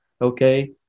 Okay